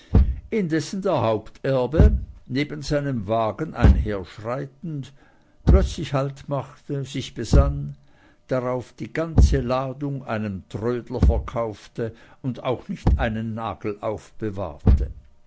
indessen der haupterbe neben seinem wagen einherschreitend plötzlich haltmachte sich besann darauf die ganze ladung einem trödler verkaufte und auch nicht einen nagel aufbewahrte